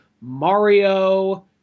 mario